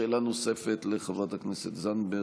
אחר כך שאלה נוספת לחברת הכנסת זנדברג.